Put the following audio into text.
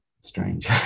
strange